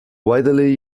widely